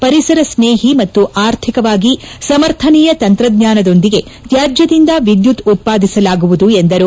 ಪರಿಸರ ಸ್ನೇಹಿ ಮತ್ತು ಅರ್ಥಿಕವಾಗಿ ಸಮರ್ಥನೀಯ ತಂತ್ರಜ್ವಾನದೊಂದಿಗೆ ತ್ನಾಜ್ಯದಿಂದ ವಿದ್ಯುತ್ ಉತ್ಪಾದಿಸಲಾಗುವುದು ಎಂದರು